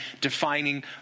defining